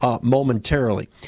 momentarily